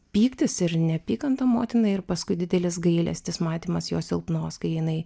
pyktis ir neapykanta motinai ir paskui didelis gailestis matymas jos silpnos kai jinai